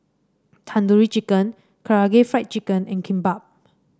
Tandoori Chicken Karaage Fried Chicken and Kimbap